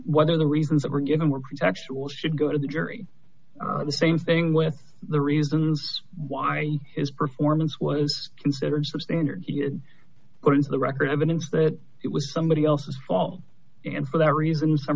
what are the reasons that were given were pretextual should go to the jury the same thing with the reasons why his performance was considered substandard he had put into the record evidence that it was somebody else's fault and for that reason s